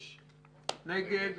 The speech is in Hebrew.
הצבעה בעד, 5 נגד,